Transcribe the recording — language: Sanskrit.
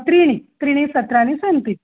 त्रीणि त्रीणि सत्राणि सन्ति